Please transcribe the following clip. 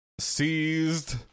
seized